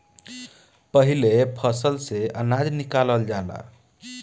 पाहिले फसल में से अनाज निकालल जाला